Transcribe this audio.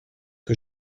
que